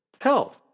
Hell